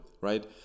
right